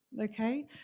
Okay